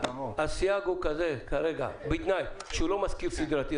הסייג כרגע הוא בתנאי שהוא לא משכיר סדרתי,